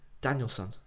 Danielson